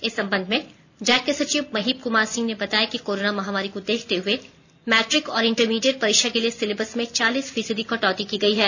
इस संबंध में जैक के सचिव महीप कुमार सिंह ने बताया कि कोरोना महामारी को देखते हुए मैट्रिक और इंटरमिडियट परीक्षा के लिए सिलेबस में चालीस फीसदी कटौती की गई है